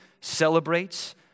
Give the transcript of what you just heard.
celebrates